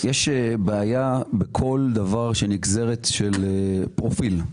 יש בעיה בכל דבר שהוא נגזרת של פרופיל.